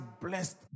blessed